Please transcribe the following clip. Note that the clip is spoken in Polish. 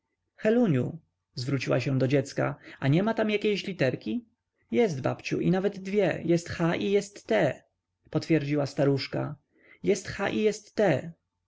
heluniu zwróciła się do dziecka a niema tam jakiej literki jest babciu i nawet dwie jest h i jest t prawda potwierdziła staruszka jest h i jest t